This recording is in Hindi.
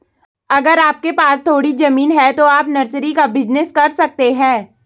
अगर आपके पास थोड़ी ज़मीन है तो आप नर्सरी का बिज़नेस कर सकते है